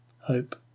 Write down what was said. Hope